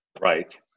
right